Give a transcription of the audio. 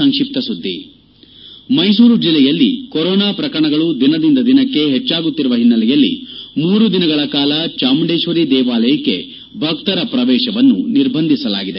ಸಂಕ್ಷಿಪ್ತ ಸುದ್ದಿಗಳು ಮೈಸೂರು ಜಿಲ್ಲೆಯಲ್ಲಿ ಕೊರೋನಾ ಪ್ರಕರಣಗಳು ದಿನದಿಂದ ದಿನಕ್ಕೆ ಹೆಚ್ಚಾಗುತ್ತಿರುವ ಹಿನ್ನೆಲೆಯಲ್ಲಿ ಮೂರು ದಿನಗಳ ಕಾಲ ಚಾಮುಂಡೇಶ್ವರಿ ದೇವಾಲಯಕ್ಕೆ ಭಕ್ತರ ಪ್ರವೇಶವನ್ನು ನಿರ್ಬಂಧಿಸಲಾಗಿದೆ